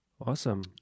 Awesome